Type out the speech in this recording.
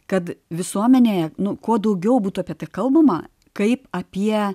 kad visuomenėje nu kuo daugiau būtų apie tai kalbama kaip apie